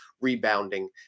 rebounding